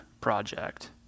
project